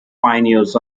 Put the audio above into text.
pioneers